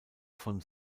von